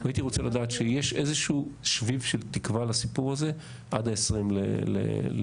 הייתי רוצה לדעת שיש איזשהו שביב של תקווה לסיפור הזה עד ה-20 ביולי.